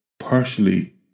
partially